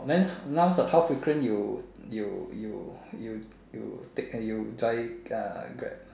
then last ah how frequent you you you you you take uh you drive uh Grab